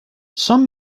some